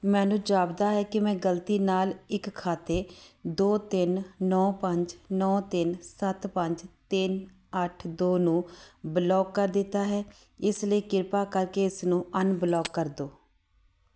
ਮੈਨੂੰ ਜਾਪਦਾ ਹੈ ਕਿ ਮੈਂ ਗਲਤੀ ਨਾਲ ਇੱਕ ਖਾਤੇ ਦੋ ਤਿੰਨ ਨੌਂ ਪੰਜ ਨੌਂ ਤਿੰਨ ਸੱਤ ਪੰਜ ਤਿੰਨ ਅੱਠ ਦੋ ਨੂੰ ਬਲੌਕ ਕਰ ਦਿੱਤਾ ਹੈ ਇਸ ਲਈ ਕਿਰਪਾ ਕਰਕੇ ਇਸਨੂੰ ਅਨਬਲੌਕ ਕਰ ਦਿਉ